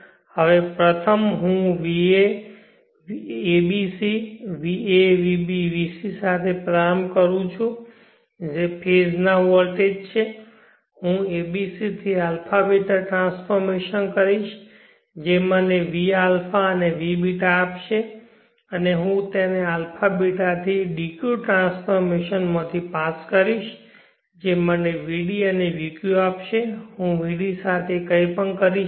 હવે પ્રથમ હું abc va vb vc સાથે પ્રારંભ કરું છું જે ફેઝ ના વોલ્ટેજ છે હું abc થી αβ ટ્રાન્સફોર્મેશન કરીશ જે મને vα અને vβ આપશે અને હું તેને αβ થી dq ટ્રાન્સફોર્મેશન માંથી પાસ કરીશ જે મને vd અને vq આપશે હું vd સાથે કંઈપણ કરીશ નહીં